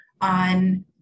on